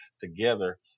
together